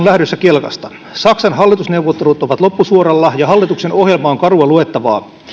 lähdössä kelkasta saksan hallitusneuvottelut ovat loppusuoralla ja hallituksen ohjelma on karua luettavaa